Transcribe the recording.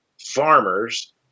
farmers